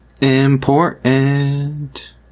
Important